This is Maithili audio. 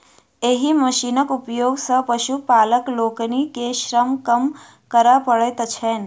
एहि मशीनक उपयोग सॅ पशुपालक लोकनि के श्रम कम करय पड़ैत छैन